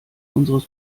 unseres